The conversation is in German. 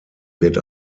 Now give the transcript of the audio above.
wird